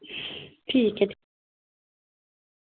ठीक ऐ जी